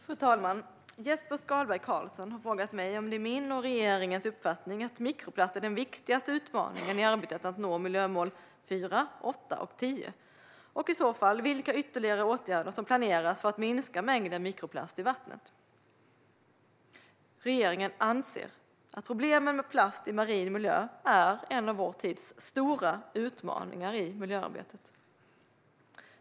Fru talman! Jesper Skalberg Karlsson har frågat mig om det är min och regeringens uppfattning att mikroplast är den viktigaste utmaningen i arbetet att nå miljömålen 4, 8 och 10 och i så fall vilka ytterligare åtgärder som planeras för att minska mängden mikroplast i vattnet. Regeringen anser att problemen med plast i marin miljö är en av vår tids stora utmaningar i miljöarbetet.